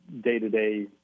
day-to-day